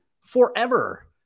forever